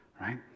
right